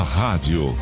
rádio